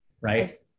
right